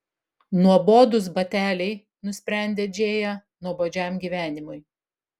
nuobodūs bateliai nusprendė džėja nuobodžiam gyvenimui